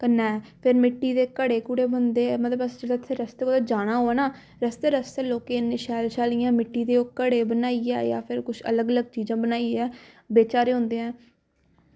कन्नै फिर मिट्टी दे घड़े घुड़े बनदे मतलब अस जेह्ड़े रस्ते जाना होऐ ना रस्तै रस्तै लोकें इन्ने शैल शैल इ'यां मिट्टी दे धड़े बनाइयै जां फिर अलग अलग चीजां बनाइयै बेचा दे होंदे ऐ